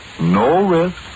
no-risk